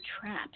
trapped